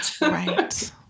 Right